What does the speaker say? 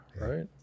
right